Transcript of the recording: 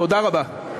תודה רבה.